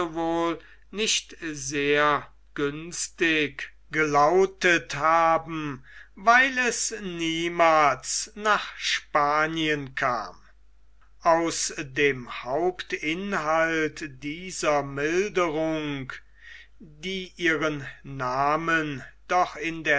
nicht sehr günstig gelautet haben weil es niemals nach spanien kam aus dem hauptinhalt dieser milderung die ihren namen doch in